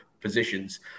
positions